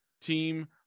team